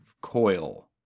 coil